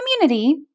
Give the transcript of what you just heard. community